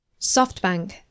SoftBank